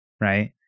right